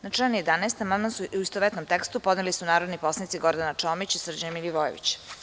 Na član 11. amandman su u istovetnom tekstu podneli narodni poslanici Gordana Čomić i Srđan Milivojević.